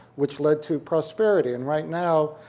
which lead to prosperity. and right now,